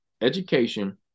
education